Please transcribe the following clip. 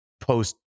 post